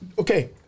Okay